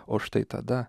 o štai tada